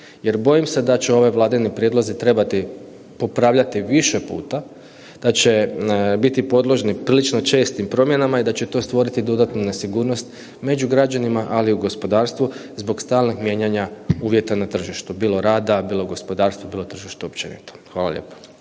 Jer bojim se da će ove Vladine prijedloge trebati popravljati više puta, da će biti podložni prilično čestim promjenama i da će to stvoriti dodatnu nesigurnost među građanima ali i u gospodarstvu zbog stalnih mijenjanja uvjeta na tržištu, bilo rada, bilo gospodarstva, bilo tržišta općenito. Hvala lijepo.